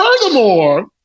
furthermore